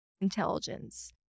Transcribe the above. intelligence